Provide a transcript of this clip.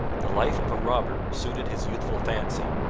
the life of a robber suited his youthful fancy,